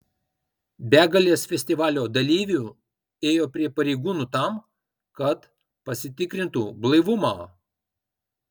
begalės festivalio dalyvių ėjo prie pareigūnų tam kad pasitikrintu blaivumą